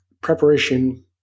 preparation